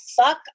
Fuck